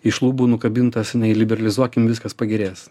iš lubų nukabintas jinai liberalizuokim viskas pagerės